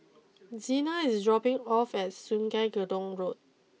Xena is dropping off at Sungei Gedong Road